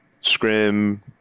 scrim